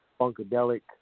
funkadelic